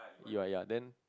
E_Y ya then